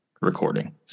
recording